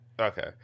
Okay